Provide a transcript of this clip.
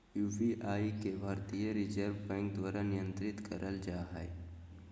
UPI के भारतीय reserve bank द्वारा नियंत्रित कइल जा हइ